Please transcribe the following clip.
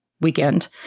weekend